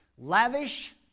Lavish